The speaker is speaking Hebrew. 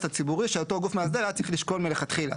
הציבורי שאותו גוף מאסדר היה צריך לשקול מלכתחילה.